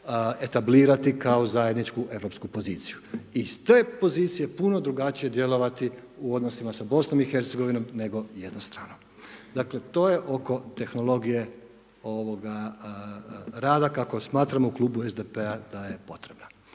etablirati kao zajedničku europsku poziciju i s te pozicije puno drugačije djelovati u odnosima s BiH, nego jednom stranom. Dakle, to je oko tehnologije, ovoga, rada kako smatramo u klubu SDP-a da je potrebno.